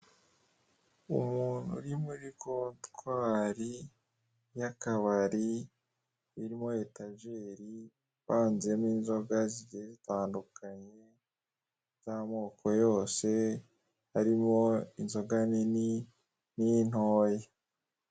Umuntu uri muri kontwari y'akabari irimo atajeri ipanzemo inzoga zigiye zitandukanye z'amoko yose harimo inzoga nini n'intoya.